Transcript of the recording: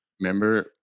Remember